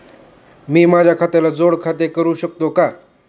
मी माझ्या खात्याला जोड खाते करू शकतो का?